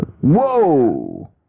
Whoa